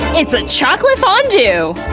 it's a chocolate fondue!